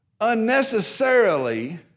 unnecessarily